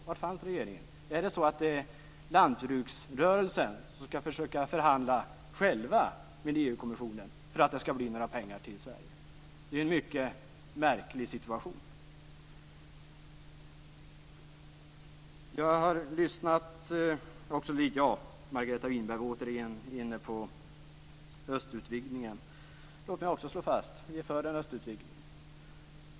Var fanns regeringen? Är det så att det är lantbruksrörelsen som ska försöka förhandla själv med EU-kommissionen för att det ska bli några pengar till Sverige? Det är en mycket märklig situation. Margareta Winberg var återigen inne på östutvidgningen. Låt mig också slå fast att vi är för en östutvidgning.